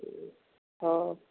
ହ